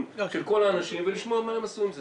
של כל האנשים ולשמוע מה הם עשו עם זה.